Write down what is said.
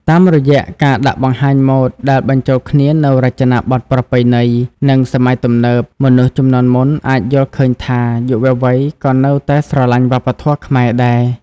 តាមរយៈការដាក់បង្ហាញម៉ូដដែលបញ្ចូលគ្នានូវរចនាបទប្រពៃណី និងសម័យទំនើប មនុស្សជំនាន់មុនអាចយល់ឃើញថាយុវវ័យក៏នៅតែស្រលាញ់វប្បធម៌ខ្មែរដែរ។